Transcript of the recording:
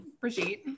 Brigitte